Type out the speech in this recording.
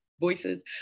voices